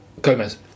Gomez